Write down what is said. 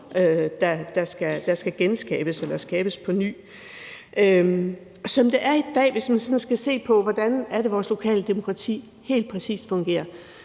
der skal genskabes eller skabes på ny. Hvis man skal se på, hvordan vores lokale demokrati i dag helt præcis fungerer,